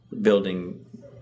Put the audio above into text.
building